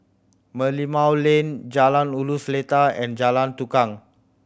Merlimau Lane Jalan Ulu Seletar and Jalan Tukang